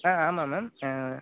ஆ ஆமாம் மேம்